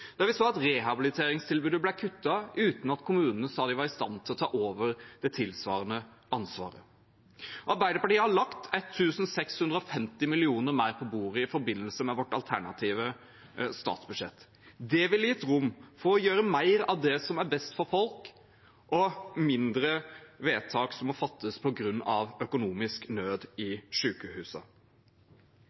der vi så at rehabiliteringstilbudet ble kuttet, uten at kommunene sa at de var i stand til å ta over det tilsvarende ansvaret. Arbeiderpartiet har lagt 1 650 mill. kr mer på bordet i forbindelse med sitt alternative statsbudsjett. Det ville gitt rom for å gjøre mer av det som er best for folk, og færre vedtak som må fattes på grunn av økonomisk nød i